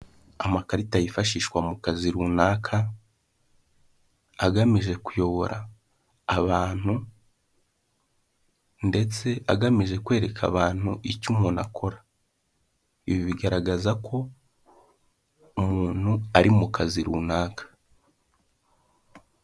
Amakarita yifashishwa mu kazi runaka, agamije kuyobora abantu, ndetse agamije kwereka abantu icyo umuntu akora, ibi bigaragaza ko umuntu ari mu kazi runaka.